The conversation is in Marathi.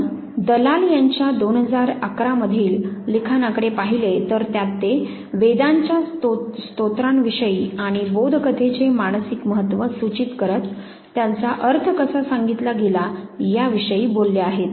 आपण दलाल यांच्या 2011 मधील लिखाणाकडे पाहिले तर त्यात ते वेदांच्या स्तोत्रां विषयी आणि बोध कथेचे मानसिक महत्त्व सूचित करत त्यांचा अर्थ कसा सांगितला गेला याविषयी बोलले आहेत